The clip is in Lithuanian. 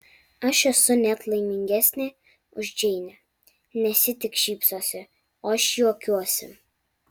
aš esu net laimingesnė už džeinę nes ji tik šypsosi o aš juokiuosi